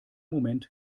moment